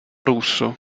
russo